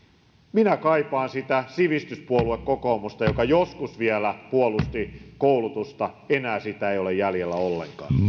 minä kaipaan sitä sivistyspuolue kokoomusta joka joskus vielä puolusti koulutusta enää sitä ei ole jäljellä ollenkaan